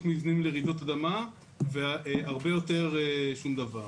מבנים לרעידות אדמה והרבה יותר שום דבר.